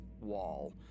wall